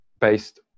based